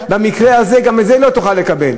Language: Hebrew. במקרה הזה גם את זה היא לא תוכל לקבל.